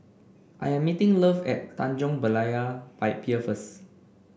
I am meeting Love at Tanjong Berlayer Pie Pier first